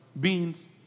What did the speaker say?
beans